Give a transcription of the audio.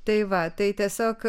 tai va tai tiesiog